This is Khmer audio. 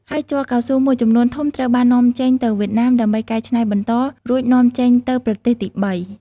ហើយជ័រកៅស៊ូមួយចំនួនធំត្រូវបាននាំចេញទៅវៀតណាមដើម្បីកែច្នៃបន្ត រួចនាំចេញទៅប្រទេសទីបី។